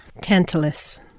Tantalus